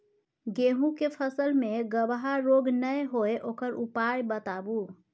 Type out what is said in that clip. गेहूँ के फसल मे गबहा रोग नय होय ओकर उपाय बताबू?